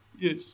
yes